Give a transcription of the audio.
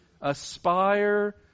Aspire